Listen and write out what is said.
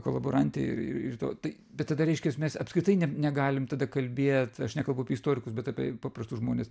kolaborantė ir ir to tai bet tada reiškias mes apskritai neb negalim tada kalbėt aš nekalbu apie istorikus bet apie paprastus žmones